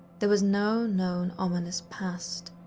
there was no known ominous past.